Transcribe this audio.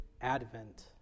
Advent